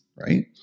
right